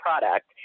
product